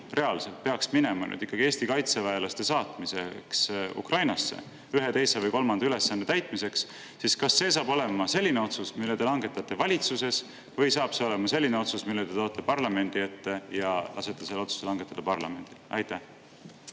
reaalselt peaks minema nüüd ikkagi Eesti kaitseväelaste saatmiseks Ukrainasse ühe, teise või kolmanda ülesande täitmiseks, siis kas see saab olema selline otsus, mille te langetate valitsuses, või saab see olema selline otsus, mille te toote parlamendi ette ja lasete langetada parlamendil. Suur